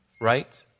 right